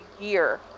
year